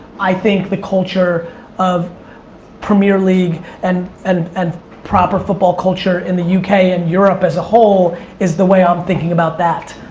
i think the culture of premier league and and and proper football culture in the yeah uk and europe as a whole is the way i'm thinking about that.